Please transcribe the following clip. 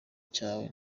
cyawe